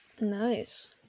Nice